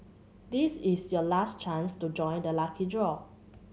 this is your last chance to join the lucky draw